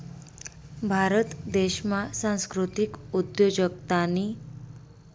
भारत देशमा सांस्कृतिक उद्योजकतानी